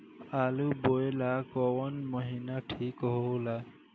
आलू बोए ला कवन महीना ठीक हो ला?